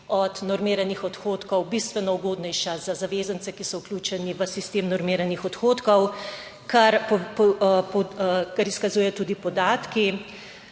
od normiranih odhodkov, bistveno ugodnejša za zavezance, ki so vključeni v sistem normiranih odhodkov, kar izkazujejo tudi podatki: